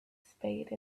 spade